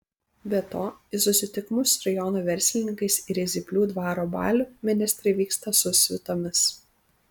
be to į susitikimus su rajono verslininkais ir į zyplių dvaro balių ministrai vyksta su svitomis